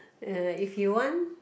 if you want